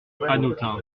hanotin